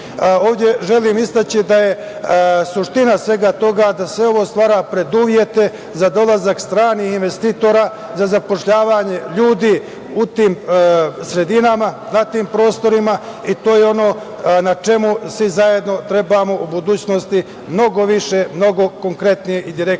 želim istaći da je suština svega toga da sve ovo stvara preduslove za dolazak stranih investitora, za zapošljavanje ljudi u tim sredinama, na tim prostorima i to je ono na čemu svi zajedno trebamo u budućnosti mnogo više, mnogo konkretnije i direktnije